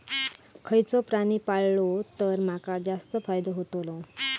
खयचो प्राणी पाळलो तर माका जास्त फायदो होतोलो?